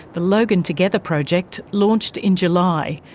the logan together project launched in july.